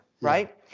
right